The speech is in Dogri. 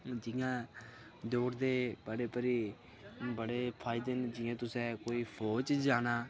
जियां दौड़ दे बड़े भारी बड़े फायदे न जियां तुसें कोई फौज च जाना